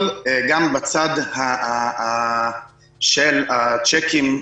אבל גם בצד של הצ'קים שחזרו,